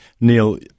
Neil